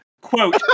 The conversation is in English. quote